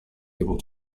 able